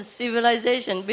civilization